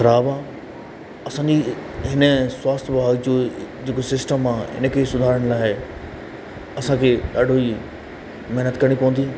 ख़राबु आहे असांजी हिन स्वास्थ्य वाह जो जेको सिस्टम आहे इनखे सुधारण लाइ असांखे ॾाढो ई महिनत करिणी पवंदी